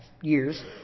years